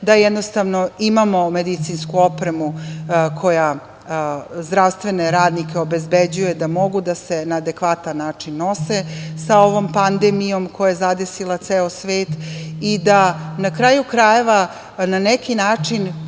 da imamo medicinsku opremu koja zdravstvene radnike obezbeđuje da mogu da se na adekvatan način nose sa ovom pandemijom koja je zadesila ceo svet. Na kraju krajeva na neki način